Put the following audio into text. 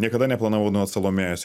niekada neplanavau salomėjos